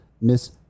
Miss